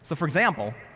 so for example,